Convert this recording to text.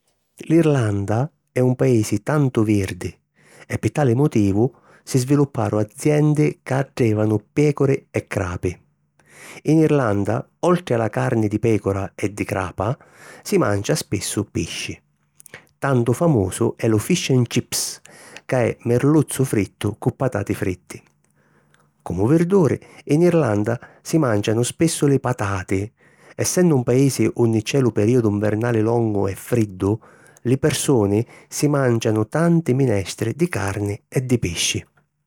L’Irlanda è un paisi tantu virdi e pi tali motivu si svilupparu aziendi ca addevanu pècuri e crapi. In Irlanda, oltri a la carni di pècura e di crapa, si mancia spissu pisci; tantu famusu è lu Fish and Chips, ca è mirluzzu frittu cu patati fritti. Comu virduri, in Irlanda si màncianu spissu li patati. Essennu un paisi unni c’è lu perìodu nvernali longu e friddu, li pirsuni si màncianu tanti minestri di carni o di pisci.